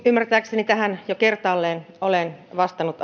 ymmärtääkseni tähän jo kertaalleen olen vastannut